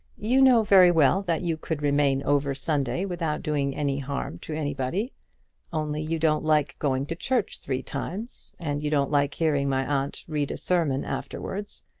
you know very well that you could remain over sunday without doing any harm to anybody only you don't like going to church three times, and you don't like hearing my aunt read a sermon afterwards.